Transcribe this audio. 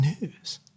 news